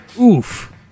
Oof